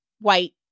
white